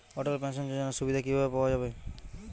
অটল pension যোজনার সুবিধা কি ভাবে পাওয়া যাবে?